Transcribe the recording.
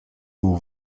его